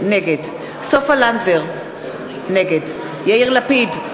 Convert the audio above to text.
נגד סופה לנדבר, נגד יאיר לפיד,